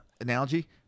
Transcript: analogy